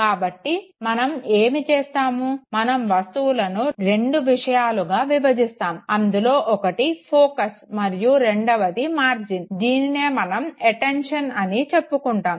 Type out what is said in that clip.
కాబట్టి మనం ఏమి చేస్తాము మనం వస్తువులను రెండు విషయాలుగా విభజిస్తాము అందులో ఒకటి ఫోకస్ మరియు రెండవది మార్జిన్ దీనినే మనం అట్టేన్షన్ అని చెప్పుకుంటాము